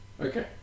Okay